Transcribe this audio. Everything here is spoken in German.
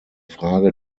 frage